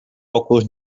óculos